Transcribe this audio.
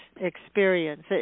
experience